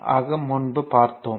அது முன்பு பார்த்தது